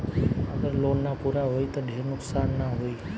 अगर लोन ना पूरा होई त ढेर नुकसान ना होई